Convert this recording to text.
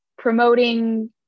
promoting